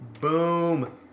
Boom